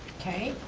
okay.